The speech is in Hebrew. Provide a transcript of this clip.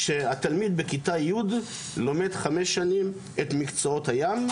שהתלמיד בכיתה י' לומד חמש שנים את מקצועות הים,